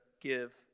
give